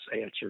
answer